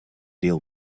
deal